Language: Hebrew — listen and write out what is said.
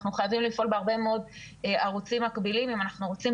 אנחנו חייבים לפעול בהרבה מאוד ערוצים מקבילים אם אנחנו רוצים